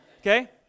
Okay